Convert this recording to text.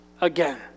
again